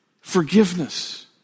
forgiveness